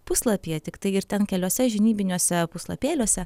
puslapyje tiktai ir ten keliose žinybiniuose puslapėliuose